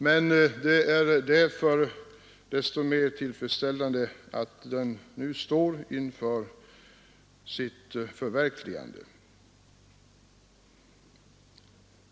Men det är därför desto mer tillfredsställande att den nu står inför sitt förverkligande.